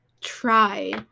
try